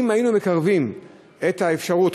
אם היינו מקרבים את האפשרות,